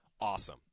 awesome